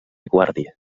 guàrdia